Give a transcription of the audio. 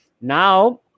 Now